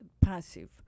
passive